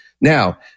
now